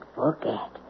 forget